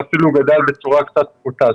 ואפילו גדל בצורה קצת פחותה.